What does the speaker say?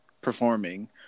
performing